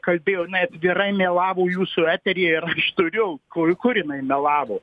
kalbėjo atvirai melavo jūsų eteryje ir aš turiu kur kur jinai melavo